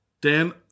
Dan